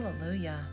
Hallelujah